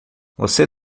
você